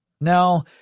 Now